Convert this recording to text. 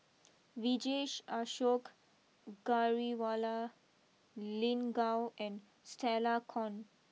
Vijesh Ashok Ghariwala Lin Gao and Stella Kon